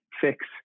fix